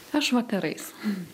aš vakarais